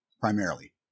primarily